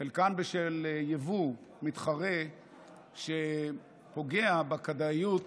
וחלקן בשל יבוא מתחרה שפוגע בכדאיות